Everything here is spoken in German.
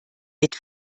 mit